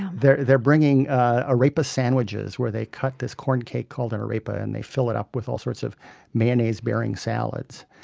they're they're bringing ah arepa sandwiches, where they cut this corn cake called an arepa, and they fill it up with all sorts of mayonnaise-bearing salads.